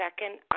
second